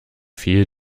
viel